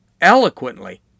eloquently